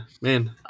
man